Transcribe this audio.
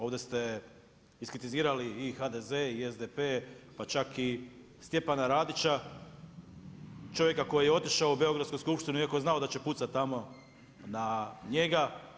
Ovdje ste iskritizirali i HDZ i SDP, pa čak i Stjepana Radića, čovjeka koji je otišao u beogradsku Skupštinu iako je znao da će pucat tamo na njega.